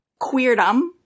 queerdom